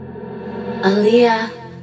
Aaliyah